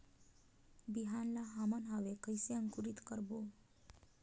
बिहान ला हमन हवे कइसे अंकुरित करबो?